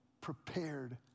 prepared